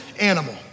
animal